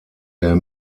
der